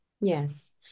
Yes